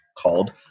called